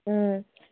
ওম